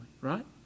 right